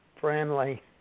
friendly